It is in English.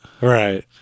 Right